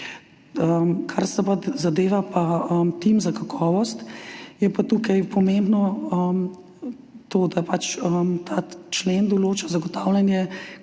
Kar pa zadeva tim za kakovost, je pa tukaj pomembno to, da ta člen določa zagotavljanje